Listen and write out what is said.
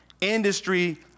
Industry